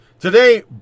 Today